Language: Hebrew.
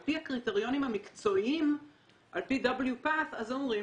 על פי הקריטריונים המקצועיים הם אומרים